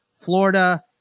Florida